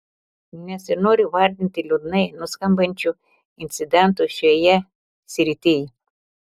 nesinori vardinti liūdnai nuskambančių incidentų šioje srityj